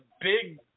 big